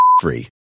free